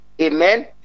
amen